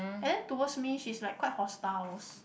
and then towards me she is like quite hostiles